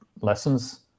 lessons